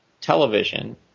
television